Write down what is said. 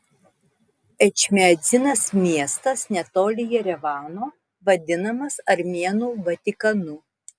ečmiadzinas miestas netoli jerevano vadinamas armėnų vatikanu